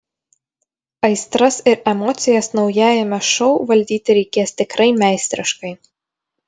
aistras ir emocijas naujajame šou valdyti reikės tikrai meistriškai